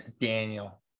Daniel